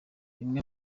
bimwe